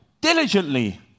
diligently